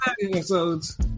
Episodes